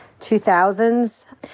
2000s